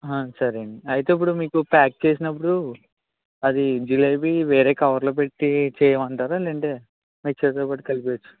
సరే అండి అయితే ఇప్పుడు మీకు ప్యాక్ చేసినప్పుడు అది జిలేబి వేరే కవర్లో పెట్టి చేయమంటారా లేదంటే మిక్చర్తో పాటు కలిపి